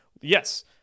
yes